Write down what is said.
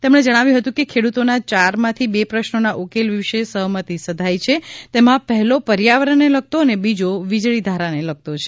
તેમણે જણાવ્યું હતું કે ખેડૂતોના યારમાંથી બે પ્રશ્નોના ઉકેલ વિષે સહમતી સધાઈ છે તેમાં પહેલો પર્યાવરણને લગતો અને બીજો વીજળીધારાને લગતો છે